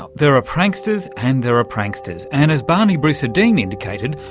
there are pranksters, and there are pranksters. and as bani brusadin indicated,